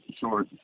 short